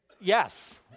Yes